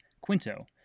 Quinto